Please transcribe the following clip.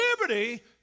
liberty